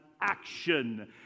action